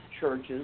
churches